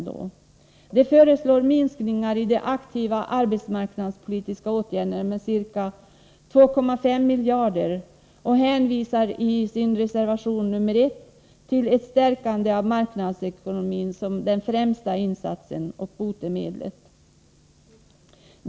De föreslår minskningar i de aktiva arbetsmarknadspolitiska åtgärderna med ca 2,5 miljarder och hänvisar i reservation 1 till ett stärkande av marknadsekonomin som den främsta insatsen och botemedlet.